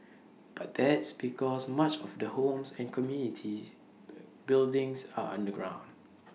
but that's because much of the homes and communities buildings are underground